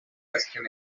destiny